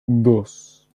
dos